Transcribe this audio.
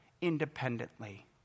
independently